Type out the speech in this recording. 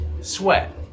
sweat